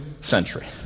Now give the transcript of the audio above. century